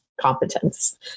competence